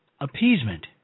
Appeasement